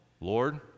Lord